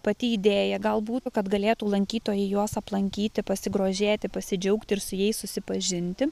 pati idėja gal buvo kad galėtų lankytojai juos aplankyti pasigrožėti pasidžiaugti ir su jais susipažinti